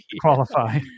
qualify